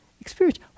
experience